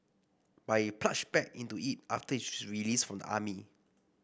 but he plunged back into it after his release from the army